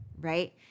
right